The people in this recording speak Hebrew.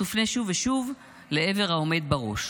תופנה שוב ושוב לעבר העומד בראש.